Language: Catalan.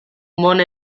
mont